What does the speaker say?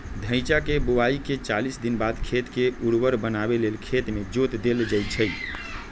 धइचा के बोआइके चालीस दिनबाद खेत के उर्वर बनावे लेल खेत में जोत देल जइछइ